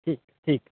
ठीक ठीक